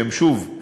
ששוב,